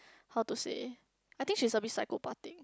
how to say I think she's a bit psychopathic